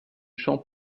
champ